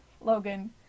Logan